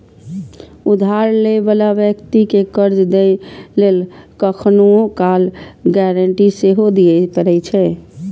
उधार लै बला व्यक्ति कें कर्ज दै लेल कखनहुं काल गारंटी सेहो दियै पड़ै छै